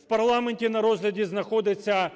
В парламенті на розгляді знаходиться